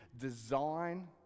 design